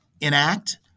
enact